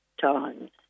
times